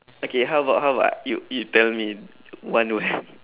okay how about how about you you tell me one word